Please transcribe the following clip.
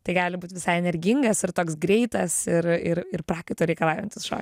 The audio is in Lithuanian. tai gali būt visai energingas ir toks greitas ir ir ir prakaito reikalaujantis šo